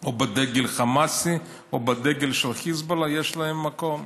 או בדגל חמאסי או בדגל של חיזבאללה, יש להם מקום.